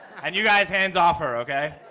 and you guys, hands off her, okay?